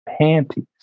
Panties